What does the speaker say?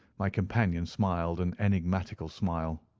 my companion smiled an enigmatical smile.